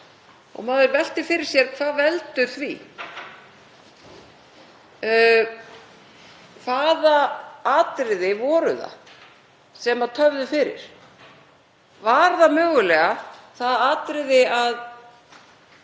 og maður veltir fyrir sér hvað veldur því. Hvaða atriði voru það sem töfðu fyrir? Var það mögulega það atriði að